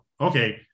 Okay